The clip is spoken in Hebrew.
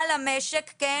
העלאה סך הכל